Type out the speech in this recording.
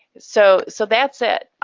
so so that's it.